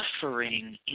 Suffering